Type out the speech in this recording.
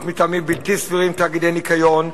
מטעמים בלתי סבירים תאגידי ניכיון,